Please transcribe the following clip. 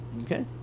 Okay